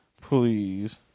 Please